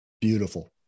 Beautiful